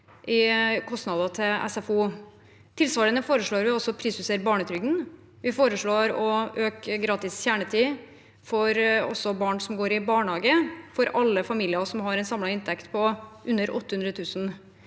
Tilsvarende foreslår vi også å prisjustere barnetrygden. Vi foreslår å øke gratis kjernetid for barn som går i barnehage, for alle familier som har en samlet inntekt på under 800 000